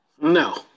No